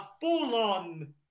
full-on